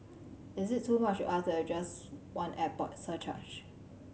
is it too much to ask her just one airport surcharge